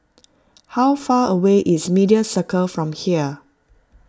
how far away is Media Circle from here